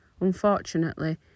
Unfortunately